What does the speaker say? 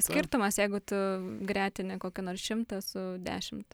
skirtumas jeigu tu gretini kokį nors šimtą su dešimt